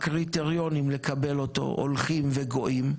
הקריטריונים לקבל אותו הולכים לגואים,